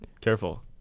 Careful